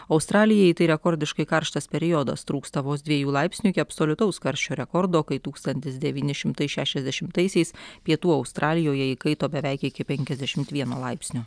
australijai tai rekordiškai karštas periodas trūksta vos dviejų laipsnių iki absoliutaus karščio rekordo kai tūkstandis devyni šimtai šešiasdešimtaisiais pietų australijoje įkaito beveik iki penkiasdešimt vieno laipsnio